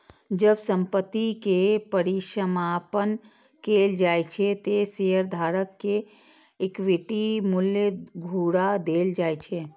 जब संपत्ति के परिसमापन कैल जाइ छै, ते शेयरधारक कें इक्विटी मूल्य घुरा देल जाइ छै